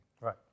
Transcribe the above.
right